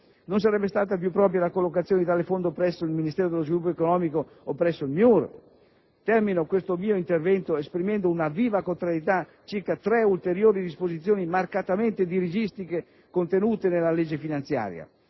Non sarebbe stata più propria la collocazione di tale Fondo presso il Ministero dello sviluppo economico o presso il Ministero dell'università e della ricerca? Termino questo mio intervento esprimendo una viva contrarietà circa tre ulteriori disposizioni marcatamente dirigistiche contenute nella legge finanziaria.